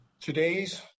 Today's